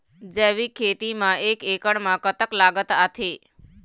जैविक खेती म एक एकड़ म कतक लागत आथे?